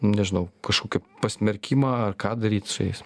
nežinau kažkokį pasmerkimą ar ką daryt su jais